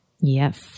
Yes